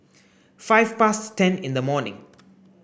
five past ten in the morning